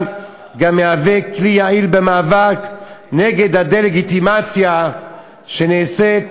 גם מהווה כלי יעיל במאבק נגד הדה-לגיטימציה שנעשית